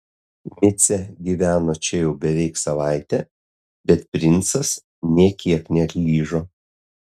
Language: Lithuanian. micė gyveno čia jau beveik savaitę bet princas nė kiek neatlyžo